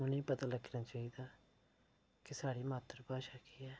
उ'नें गी पता लग्गना चाहिदा कि साढ़ी मात्तर भाशा केह् ऐ